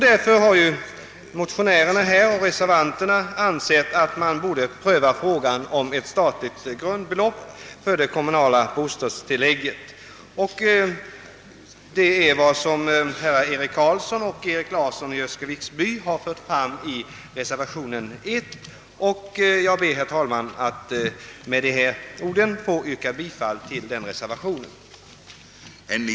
Därför har motionärerna och de som awvgivit reservationen I — herrar Eric Carlsson och Larsson i Öskeviksby — ansett att frågan om ett statligt grundbelopp för de kommunala bostadstilläggen borde prövas. Jag ber för min del, herr talman, att få yrka bifall till reservationen I.